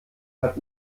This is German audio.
hat